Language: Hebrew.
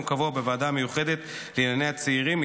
קבוע בוועדה המיוחדת לענייני הצעירים,